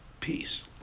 peace